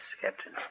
Captain